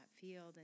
field